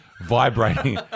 vibrating